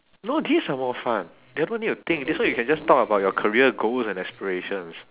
no these are more fun the other one need to think this one you can just talk about your career goals and aspirations